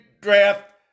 draft